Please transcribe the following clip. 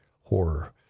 horror